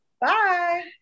Bye